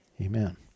amen